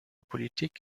politik